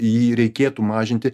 jį reikėtų mažinti